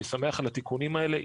אני שמח על התיקונים האלה,